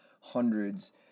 hundreds